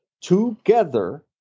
together